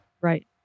Right